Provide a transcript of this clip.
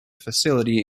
facility